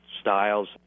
styles